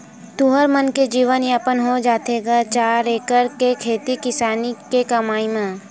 तुँहर मन के जीवन यापन हो जाथे गा चार एकड़ के खेती किसानी के करई म?